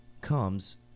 comes